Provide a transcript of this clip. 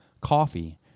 coffee